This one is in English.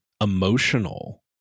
emotional